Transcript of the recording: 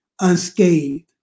unscathed